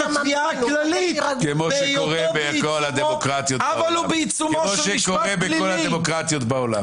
התביעה הכללית בהיותו בעיצומו של משפט פלילי.